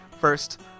first